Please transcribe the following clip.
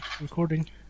recording